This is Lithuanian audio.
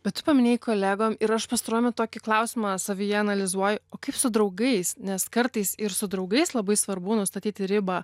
bet tu paminėjai kolegom ir aš pastaruoju metu tokį klausimą savyje analizuoju kaip su draugais nes kartais ir su draugais labai svarbu nustatyti ribą